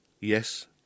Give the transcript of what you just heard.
Yes